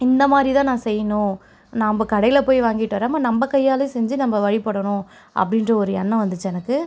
இந்தமாதிரி தான் நான் செய்யணும் நம்ம கடையில் போய் வாங்கிவிட்டு வராமல் நம்ம கையாலேயே செஞ்சு நம்ம வழிபடனும் அப்படின்ற ஒரு எண்ணம் வந்துச்சு எனக்கு